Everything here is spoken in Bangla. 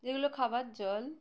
যেগুলো খাবার জল